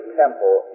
temple